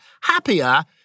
happier